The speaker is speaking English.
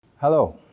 Hello